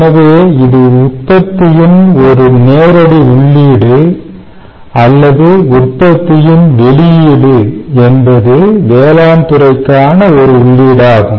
எனவே இது உற்பத்தியின் ஒரு நேரடி உள்ளீடு அல்லது உற்பத்தியின் வெளியீடு என்பது வேளாண் துறைக்கான ஒரு உள்ளீடாகும்